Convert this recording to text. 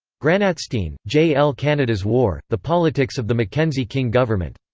granatstein, j. l. canada's war the politics of the mackenzie king government.